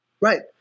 right